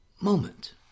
moment